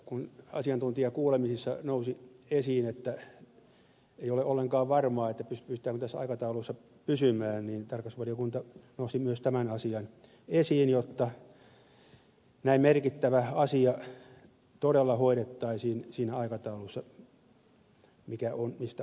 kun asiantuntijakuulemisissa nousi esiin että ei ole ollenkaan varmaa pystytäänkö tässä aikataulussa pysymään tarkastusvaliokunta nosti myös tämän asian esiin jotta näin merkittävä asia todella hoidettaisiin siinä aikataulussa mistä on sovittu